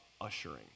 ushering